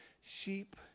sheep